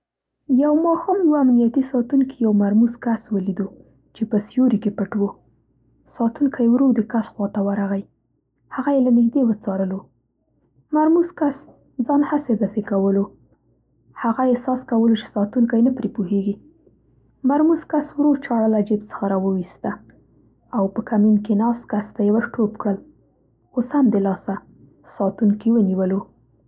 یو ماښام یوه امنیتي ساتونکي یو مرموز کس ولیدو چې په سیوري کې پټ و. ساتونکی ورو د کس خواته ورغۍ. هغه یې له نږدې وڅارلو. مرمزو کس ځان هسې دسې کولو. هغه احساس کولو چې ساتونکی نه پرې پوهېږي. مرموز کس ورو چاړه له جېب څخه را وویسته او په کمین کې ناست کس ته یې ور ټوپ کړل، خو سم د لاسه ساتونکي ونیولو.